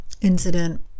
incident